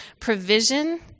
provision